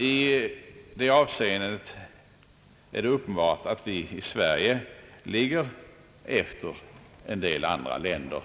I detta avseende är det uppenbart att vi i Sverige ligger efter en del andra länder.